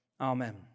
Amen